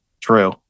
True